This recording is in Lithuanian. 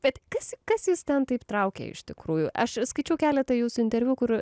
bet kas kas jus ten taip traukia iš tikrųjų aš skaičiau keletą jūsų interviu kur